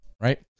right